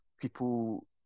people